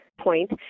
point